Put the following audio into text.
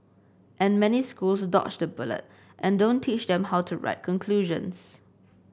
and many schools dodge the bullet and don't teach them how to write conclusions